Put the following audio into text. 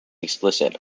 explicit